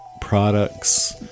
products